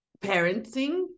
parenting